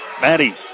Maddie